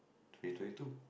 twenty twenty two